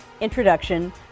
introduction